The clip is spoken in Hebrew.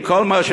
עם כל מה,